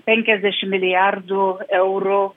penkiasdešimt milijardų eurų